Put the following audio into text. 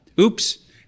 Oops